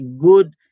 good